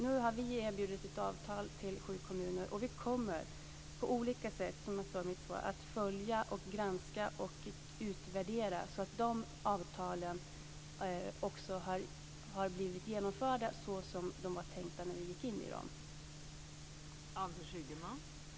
Vi har nu erbjudit ett avtal till sju kommuner, och vi kommer på olika sätt, som jag sade i mitt svar, att följa, granska och utvärdera dessa avtal för att se att de har blivit genomförda såsom det var tänkt när vi gick in i dem.